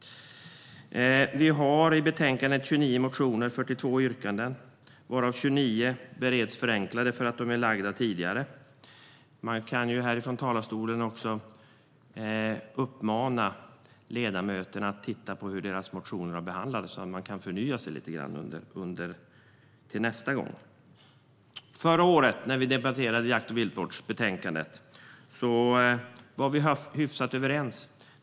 I betänkandet behandlas 29 motioner och 42 yrkanden, varav 29 motioner har behandlats förenklat eftersom samma motioner har väckts tidigare. Man kan ju uppmana ledamöterna att se på hur deras motioner har behandlats så att de kan förnya sig lite till nästa gång. När vi behandlade jakt och viltvårdsbetänkandet förra året var vi hyfsat överens.